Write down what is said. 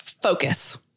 Focus